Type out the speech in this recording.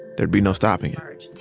there'd be no stopping ah it